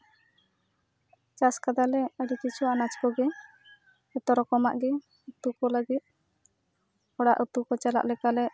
ᱪᱟᱥ ᱠᱟᱫᱟᱞᱮ ᱟᱹᱰᱤ ᱠᱤᱪᱷᱩ ᱟᱱᱟᱡᱽ ᱠᱚᱜᱮ ᱡᱚᱛᱚ ᱨᱚᱠᱚᱢᱟᱜ ᱜᱮ ᱩᱛᱩ ᱠᱚ ᱞᱟᱹᱜᱤᱫ ᱚᱲᱟᱜ ᱩᱛᱩ ᱠᱚ ᱪᱟᱞᱟᱜ ᱞᱮᱠᱟ ᱞᱮ